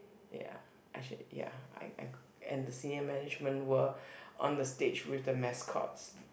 ya I should ya I I got and the senior management were on the stage with the mascots